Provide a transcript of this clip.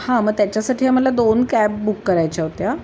हां मग त्याच्यासाठी आम्हाला दोन कॅब बुक करायच्या होत्या